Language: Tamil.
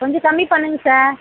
கொஞ்சம் கம்மி பண்ணுங்கள் சார்